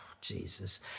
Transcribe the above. Jesus